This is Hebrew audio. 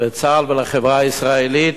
לצה"ל ולחברה הישראלית,